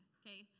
okay